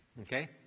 Okay